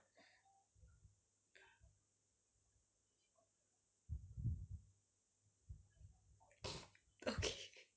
okay